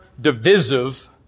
divisive